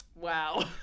wow